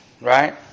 right